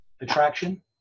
attraction